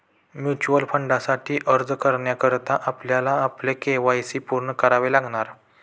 mutual फंडासाठी अर्ज करण्याकरता आपल्याला आपले के.वाय.सी पूर्ण करावे लागणार